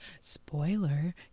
spoiler